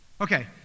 Okay